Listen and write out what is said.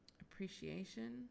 appreciation